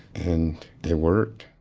and it worked